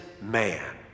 man